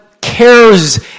cares